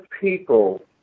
people